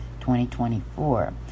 2024